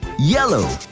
yellow,